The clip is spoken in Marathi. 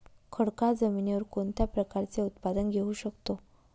खडकाळ जमिनीवर कोणत्या प्रकारचे उत्पादन घेऊ शकतो?